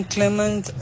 Clement